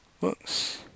books